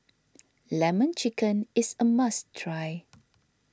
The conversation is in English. Lemon Chicken is a must try